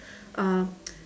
uh